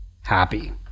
happy